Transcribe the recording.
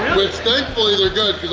which thankfully they're good